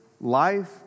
life